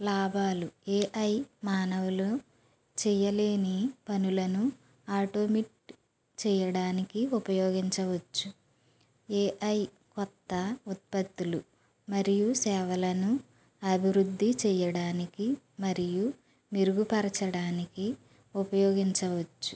లాభాలు ఏఐ మానవులు చేయలేని పనులను ఆటోమేట్ చేయడానికి ఉపయోగించవచ్చు ఏఐ కొత్త ఉత్పత్తులు మరియు సేవలను అభివృద్ధి చేయడానికి మరియు మెరుగు పరచడానికి ఉపయోగించవచ్చు